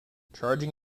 charging